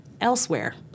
elsewhere